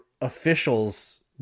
officials